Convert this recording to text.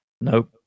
Nope